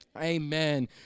Amen